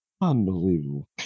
unbelievable